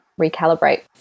recalibrate